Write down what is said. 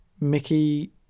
Mickey